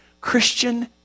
Christian